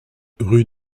rue